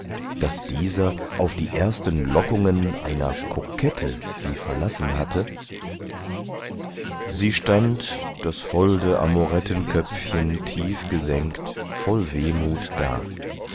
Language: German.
daß dieser auf die ersten lockungen einer kokette sie verlassen hatte sie stand das holde amorettenköpfchen tief gesenkt voll wehmut da